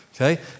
okay